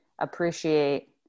appreciate